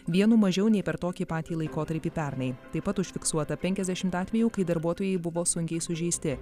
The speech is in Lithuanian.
vienu mažiau nei per tokį patį laikotarpį pernai taip pat užfiksuota penkiasdešimt atvejų kai darbuotojai buvo sunkiai sužeisti